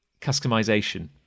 customization